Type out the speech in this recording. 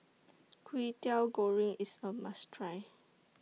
Kwetiau Goreng IS A must Try